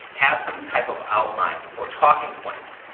have some type of outline or talking points.